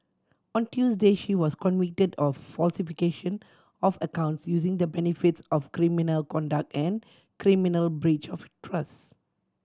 on Tuesday she was convicted of falsification of accounts using the benefits of criminal conduct and criminal breach of trust